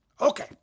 Okay